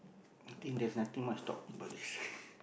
think there's nothing much talk about this